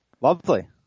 Lovely